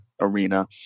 arena